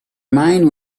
mind